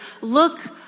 look